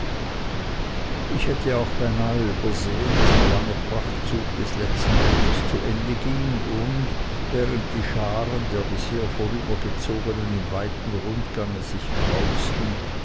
ich hätte auch beinahe übersehen daß der lange prachtzug des letzten ritters zu ende ging und während die scharen der bisher vorübergezogenen im weiten rundgange sich kreuzten